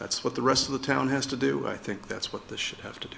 that's what the rest of the town has to do i think that's what the should have to